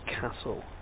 castle